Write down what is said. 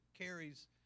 Carrie's